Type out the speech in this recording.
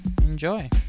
enjoy